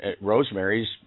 Rosemary's